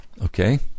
Okay